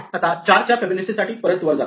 आता 4 च्या फिबोनाची साठी वर परत जातो